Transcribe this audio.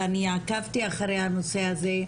ואני עקבתי אחרי הנושא הזה,